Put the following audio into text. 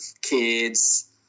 kids